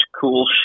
cool